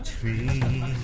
tree